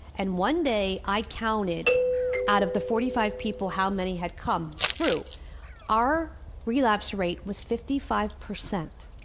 and one day i counted out of the forty five people how many had come through our relapse rate was fifty five percent,